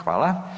Hvala.